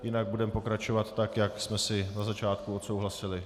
Jinak budeme pokračovat tak, jak jsme si na začátku odsouhlasili.